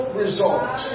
result